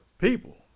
People